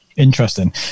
Interesting